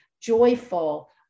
joyful